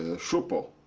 schutzpo.